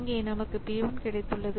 இங்கே நமக்கு P 1 கிடைத்துள்ளது